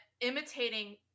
imitating